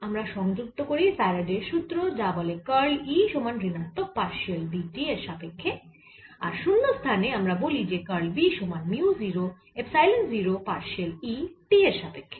আমরা সংযুক্ত করি ফ্যারাডের সুত্র যা বলে কার্ল E সমান ঋণাত্মক পারশিয়াল B t এর সাপক্ষ্যে আর শুন্যস্থানে আমরা বলি যে কার্ল B সমান mu 0 epsilon 0 partial E t এর সাপেক্ষ্যে